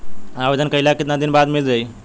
आवेदन कइला के कितना दिन बाद मिल जाई?